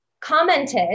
commented